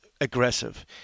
aggressive